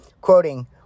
quoting